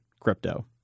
crypto